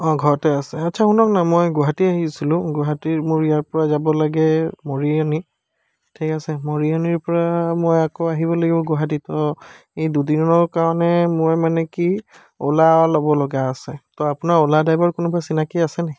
অঁ ঘৰতে আছে আচ্ছা শুনক না মই গুৱাহাটী আহিছিলোঁ গুহাটীৰ মোৰ ইয়াৰ পৰা যাব লাগে মৰিয়নী ঠিক আছে মৰিয়নীৰ পৰা মই আকৌ আহিব লাগিব গুৱাহাটীত অঁ এই দুদিনৰ কাৰণে মই মানে কি অ'লা ল'ব লগা আছে তো আপোনাৰ অ'লা ড্ৰাইভাৰ কোনোবা চিনাকি আছে নেকি